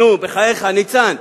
נו, בחייך, ניצן,